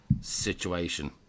situation